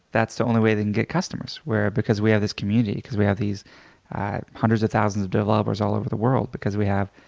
that's the only way they can get customers. because we have this community, because we have these hundreds of thousands of developers all over the world, because we have